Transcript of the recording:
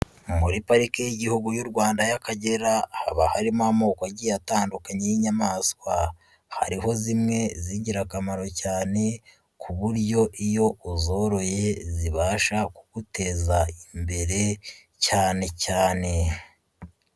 Muri parike y'igihugu y'u Rwanda y'Akagera, haba harimo amoko agiye atandukanye y'inyamaswa, hariho zimwe z'ingirakamaro cyane, ku buryo iyo uzoroye zibasha kuguteza imbere cyane .